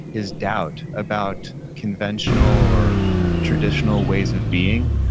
his doubt about conventional or traditional ways of being.